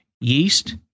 Yeast